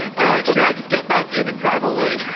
and i'm like, should i just get back in and drive away?